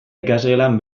ikasgelan